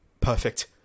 perfect